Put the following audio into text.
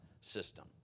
system